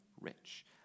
rich